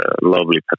lovely